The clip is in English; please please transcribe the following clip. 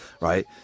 right